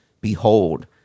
Behold